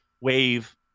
wave